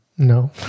No